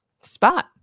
spot